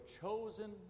chosen